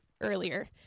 earlier